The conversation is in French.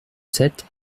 sept